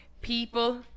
people